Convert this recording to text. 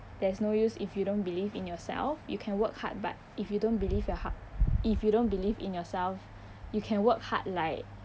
there's no use if you don't believe in yourself you can work hard but if you don't believe your hard if you don't believe in yourself you can work hard like